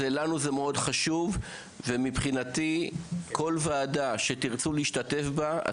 לנו זה מאוד חשוב ומבחינתי כל וועדה שתרצו להשתתף בה,